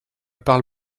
parle